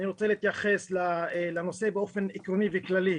אני רוצה להתייחס לנושא באופן עקרוני וכללי.